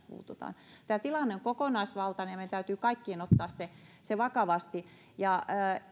puututaan tämä tilanne on kokonaisvaltainen ja meidän täytyy kaikkien ottaa se se vakavasti vesihuolto on